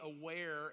aware